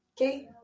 okay